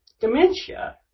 dementia